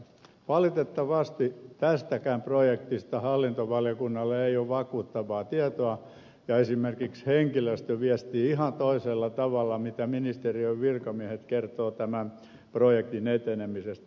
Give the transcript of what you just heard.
valitettavasti tästäkään projektista hallintovaliokunnalla ei ole vakuuttavaa tietoa ja esimerkiksi henkilöstö viestii ihan toisella tavalla kuin mitä ministeriön virkamiehet kertovat tämän projektin etenemisestä